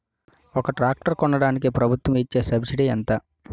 ఒక ట్రాక్టర్ కొనడానికి ప్రభుత్వం ఇచే సబ్సిడీ ఎంత?